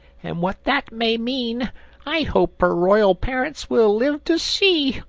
and what that may mean i hope her royal parents will live to see.